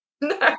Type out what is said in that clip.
No